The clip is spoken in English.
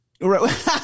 Right